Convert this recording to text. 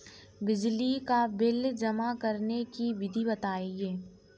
बिजली का बिल जमा करने की विधि बताइए?